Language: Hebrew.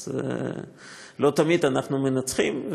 אז לא תמיד אנחנו מנצחים,